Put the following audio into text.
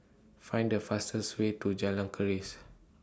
Find The fastest Way to Jalan Keris